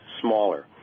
smaller